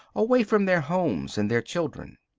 away from their homes and their children.